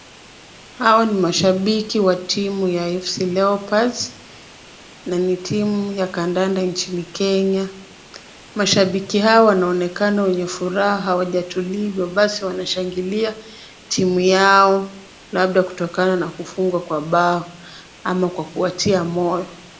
Hawa ni mashabiki wa timu ya FC Leopards na ni timu ya kandanda nchini Kenya. Mashabiki hao wanaonekana wenye furaha wajatulia, basi wanashangilia timu yao. Labda kutokana na kufungwa kwa bao ama kwa kuwatia moyo.